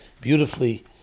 beautifully